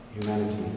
Humanity